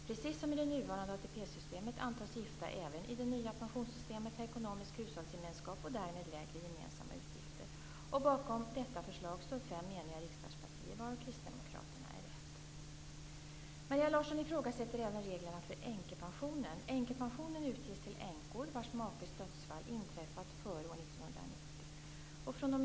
Precis som i det nuvarande ATP-systemet antas gifta även i det nya pensionssystemet ha ekonomisk hushållsgemenskap och därmed lägre gemensamma utgifter. Bakom detta förslag står fem eniga riksdagspartier, varav Kristdemokraterna är ett. Maria Larsson ifrågasätter även reglerna för änkepensionen. Änkepensionen utges till änkor vars makes dödsfall inträffat före år 1990.